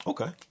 Okay